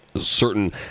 certain